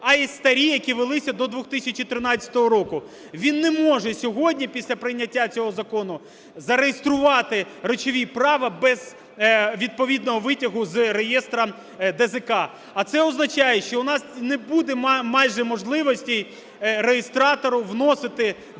а й старі, які велися до 2013 року. Він не може сьогодні після прийняття цього закону зареєструвати речові права без відповідного витягу з реєстру ДЗК. А це означає, що у нас не буде майже можливостей реєстратору вносити дані